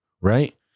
right